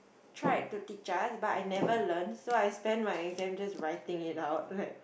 tried to teach us but I never learnt so I spend my exams just writing it out like